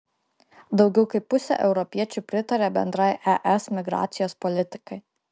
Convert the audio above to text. daugiau kaip pusė europiečių pritaria bendrai es migracijos politikai